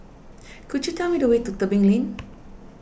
could you tell me the way to Tebing Lane